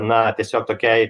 na tiesiog tokiai